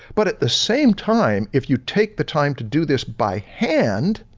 but at the same time, if you take the time to do this by hand,